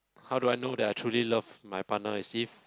how do I know that I truly love my partner is if